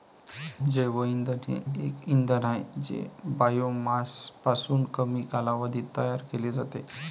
जैवइंधन हे एक इंधन आहे जे बायोमासपासून कमी कालावधीत तयार केले जाते